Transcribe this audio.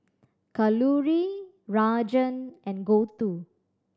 Kalluri Rajan and Gouthu